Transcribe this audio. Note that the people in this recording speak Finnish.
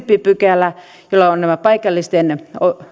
pykälä jossa on tämä paikallisten